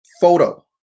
photo